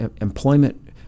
employment